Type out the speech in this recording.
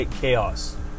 chaos